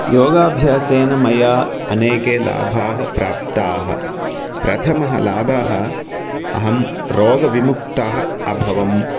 योगाभ्यासेन मया अनेके लाभाः प्राप्ताः प्रथमः लाभः अहं रोगविमुक्त अभवम्